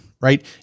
Right